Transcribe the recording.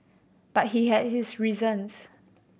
but he had his reasons